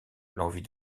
l’envie